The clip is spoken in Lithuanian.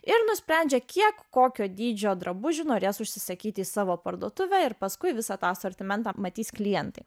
ir nusprendžia kiek kokio dydžio drabužių norės užsisakyti savo parduotuvę ir paskui visą tą asortimentą matys klientai